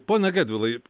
pone gedvilai